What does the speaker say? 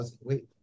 wait